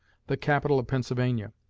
the capital of pennsylvania.